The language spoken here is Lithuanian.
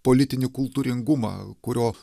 politinį kultūringumą kurio